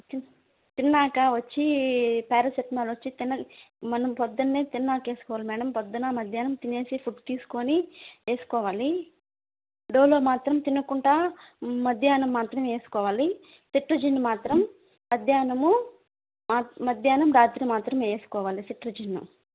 తిన్నంక వచ్చి పారాసిటమాల్ వచ్చి మనం పొద్దున్నే తిన్నంక వేసుకోవాలి మేడమ్ పొద్దున మధ్యాహ్నం తినేసి ఫుడ్ తీసుకొని వేసుకోవాలి డోలో మాత్రం తినకుండా మధ్యాహ్నం మాత్రం వేసుకోవాలి సెటైరిజిన్ మాత్రం మధ్యాహ్నము మధ్యాహ్నం రాత్రి మాత్రం వేసుకోవాలి సెటైరిజిన్